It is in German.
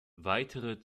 weitere